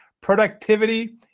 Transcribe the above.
productivity